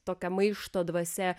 tokia maišto dvasia